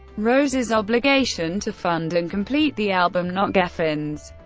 rose's obligation to fund and complete the album, not geffen's.